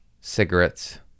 cigarettes